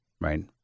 right